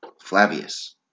Flavius